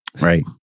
Right